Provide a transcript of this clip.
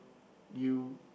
you